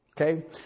Okay